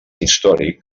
històric